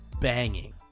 banging